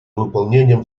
выполнением